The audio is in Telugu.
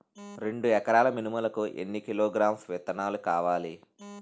రెండు ఎకరాల మినుములు కి ఎన్ని కిలోగ్రామ్స్ విత్తనాలు కావలి?